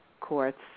courts